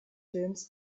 filmes